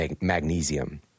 magnesium